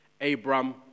Abram